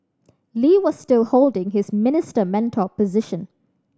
Lee was still holding his Minister Mentor position